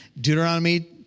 Deuteronomy